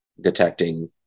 detecting